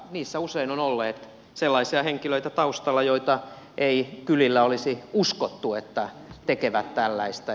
niissä usein on ollut sellaisia henkilöitä taustalla joista ei kylillä olisi uskottu että tekevät tällaista